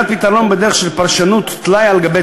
מציאת פתרון בדרך של פרשנות טלאי על גבי